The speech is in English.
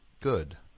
good